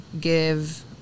give